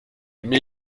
mais